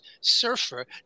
surfer